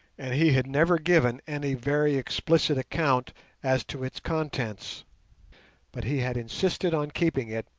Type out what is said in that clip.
and he had never given any very explicit account as to its contents but he had insisted on keeping it,